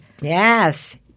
Yes